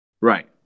right